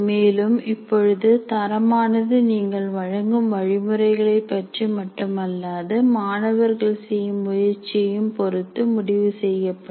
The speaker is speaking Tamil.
மேலும் இப்பொழுது தரமானது நீங்கள் வழங்கும் வழிமுறைகளை பற்றி மட்டுமல்லாது மாணவர்கள் செய்யும் முயற்சியையும் பொருத்து முடிவு செய்யப்படும்